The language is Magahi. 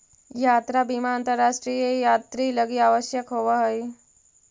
यात्रा बीमा अंतरराष्ट्रीय यात्रि लगी आवश्यक होवऽ हई